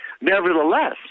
Nevertheless